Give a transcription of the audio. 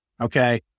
okay